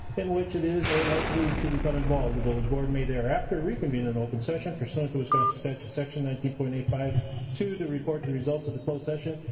in which it is, or likely, to become involved. the village board may thereafter reconvene an open session pursuant to wisconsin statute section nineteen point eight five two to report the results of the closed session,